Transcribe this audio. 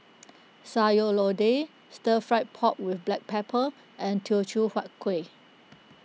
Sayur Lodeh Stir Fry Pork with Black Pepper and Teochew Huat Kueh